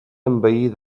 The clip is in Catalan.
envair